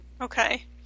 Okay